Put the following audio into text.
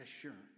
assurance